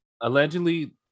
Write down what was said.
allegedly